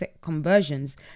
conversions